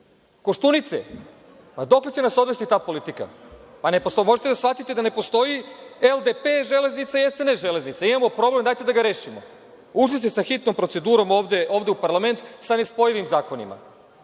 Koštunice? Dokle će nas odvesti ta politika? Možete li da shvatite da ne postoji LDP železnica i SNS železnica? Imamo problem, dajte da ga rešimo. Ušli ste sa hitnom procedurom ovde u parlament sa nespojivim zakonima.